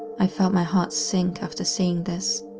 i felt my heart sink after seeing this.